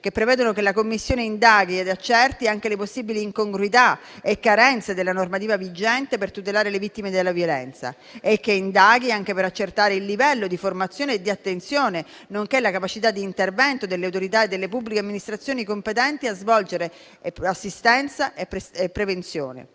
che prevedono che la Commissione indaghi ed accerti anche le possibili incongruità e carenze della normativa vigente per tutelare le vittime della violenza e che indaghi anche per accertare il livello di formazione e di attenzione, nonché la capacità di intervento delle autorità e delle pubbliche amministrazioni competenti a svolgere assistenza e prevenzione.